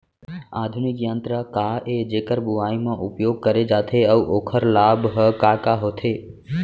आधुनिक यंत्र का ए जेकर बुवाई म उपयोग करे जाथे अऊ ओखर लाभ ह का का होथे?